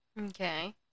Okay